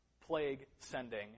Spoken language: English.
plague-sending